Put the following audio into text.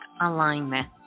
alignment